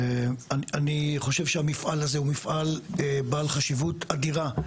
אני חושב שהמפעל הזה הוא מפעל בעל חשיבות אדירה,